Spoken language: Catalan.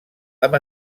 amb